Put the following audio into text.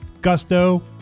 Gusto